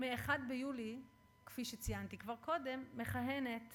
מ-1 ביולי, כפי שציינתי כבר קודם, מכהנת